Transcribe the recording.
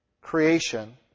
creation